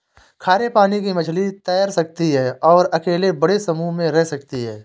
खारे पानी की मछली तैर सकती है और अकेले बड़े समूह में रह सकती है